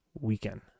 weekend